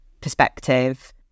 perspective